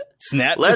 Snap